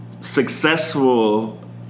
successful